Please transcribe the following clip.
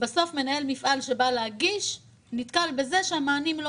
בסוף מנהל מפעל שבא להגיש נתקל בזה שהמענים לא